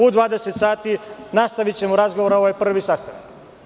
U 20 sati nastavićemo razgovor, ovo je prvi sastanak.